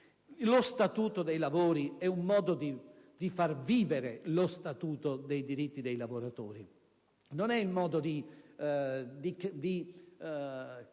lo Statuto dei lavori è un modo per far vivere lo Statuto dei diritti dei lavoratori: non è un modo per